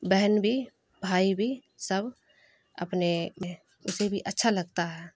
بہن بھی بھائی بھی سب اپنے اسے بھی اچھا لگتا ہے